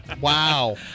Wow